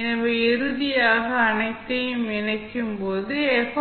எனவே இறுதியாக அனைத்தையும் இணைக்கும்போது F